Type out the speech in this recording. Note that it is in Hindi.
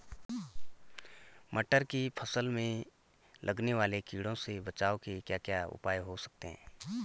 मटर की फसल में लगने वाले कीड़ों से बचाव के क्या क्या उपाय हो सकते हैं?